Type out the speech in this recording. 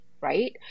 right